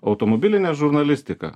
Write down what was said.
automobilinė žurnalistika